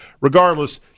regardless